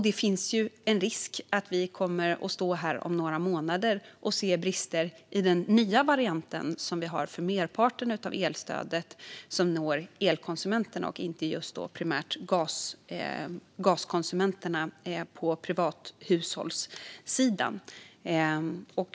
Det finns en risk att vi står här om några månader och ser brister i den nya varianten som gäller för merparten av stödet som når elkonsumenterna och inte primärt gaskonsumenterna på privathushållssidan.